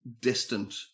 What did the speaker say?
distant